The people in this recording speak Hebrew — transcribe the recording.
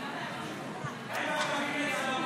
נתקבל.